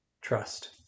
trust